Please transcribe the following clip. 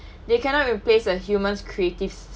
they cannot replace a human's creatives